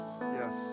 Yes